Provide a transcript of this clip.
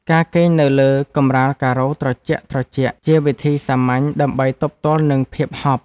ការគេងនៅលើកម្រាលការ៉ូត្រជាក់ៗ ជាវិធីសាមញ្ញដើម្បីទប់ទល់នឹងភាពហប់។